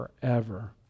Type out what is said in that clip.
forever